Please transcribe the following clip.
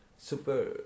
super